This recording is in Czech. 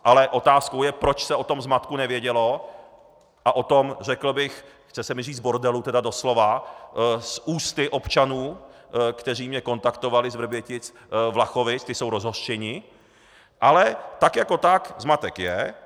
Ale otázkou je, proč se o tom zmatku nevědělo, a o tom, řekl bych, chce se mi říct bordelu tedy doslova, ústy občanů, kteří mě kontaktovali z VrběticVlachovic, ti jsou rozhořčení, ale tak jako tak zmatek je.